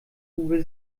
uwe